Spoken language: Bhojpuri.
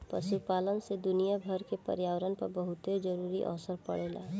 पशुपालन से दुनियाभर के पर्यावरण पर बहुते जरूरी असर पड़ेला